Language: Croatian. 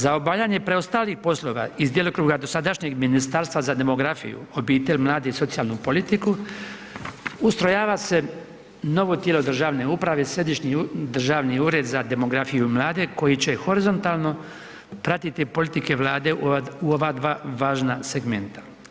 Za obavljanje preostalih poslova iz djelokruga dosadašnjeg Ministarstva za demografiju, obitelj, mlade i socijalnu politiku, ustrojava se novo tijelo državne uprave, Središnji državni ured za demografiju i mlade koji će horizontalno pratiti politike Vlade u ova dva važna segmenta.